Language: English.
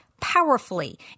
powerfully